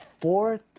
fourth